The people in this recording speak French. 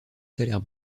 salaire